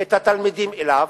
את התלמידים אליו,